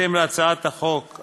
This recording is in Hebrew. בהתאם להצעת החוק,